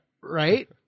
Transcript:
right